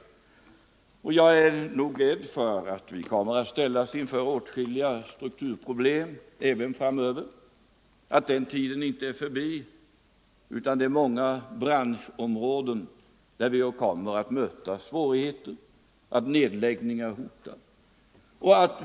Jag är nog rädd för att vi kommer att ställas inför åtskilliga strukturproblem även framöver, att den tiden inte är förbi, att vi kommer att möta svårigheter inom många branscher, att nedläggningar hotar.